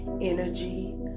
energy